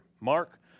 Mark